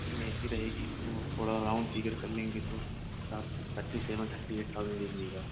اے C رہے گی تو تھوڑا راؤن فیگر کر لیں گے تو آپ thirty seven thirty eight thousand دے دیجیے گا